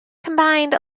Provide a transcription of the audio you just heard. combined